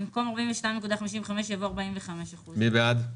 במקום 42.55 יבוא 45%. מי בעד?